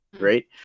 right